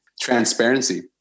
transparency